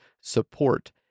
support